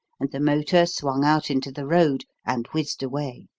and the motor swung out into the road and whizzed away.